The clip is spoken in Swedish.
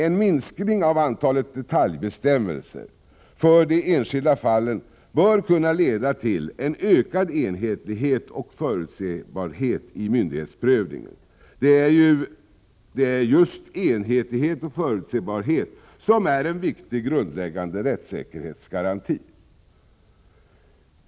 En minskning av antalet detaljbestämmelser för de enskilda fallen bör kunna leda till en ökad enhetlighet och förutsebarhet i myndighetsprövningen. Just enhetlighet och förutsebarhet är en viktig grundläggande rättssäkerhetsgaranti.